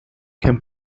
can